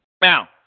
Now